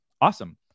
Awesome